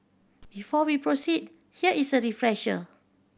before we proceed here is a refresher